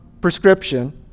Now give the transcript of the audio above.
prescription